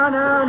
no